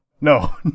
no